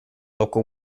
local